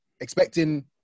expecting